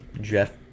Jeff